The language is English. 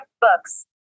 books